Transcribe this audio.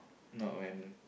not when